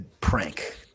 prank